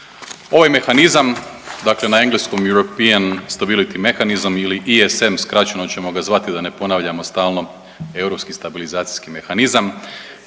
Ovaj mehanizam dakle na engleskom European Stability Mechanisam iliti ESM skraćeno ćemo ga zvati da ne ponavljamo stalno Europski stabilizacijski mehanizam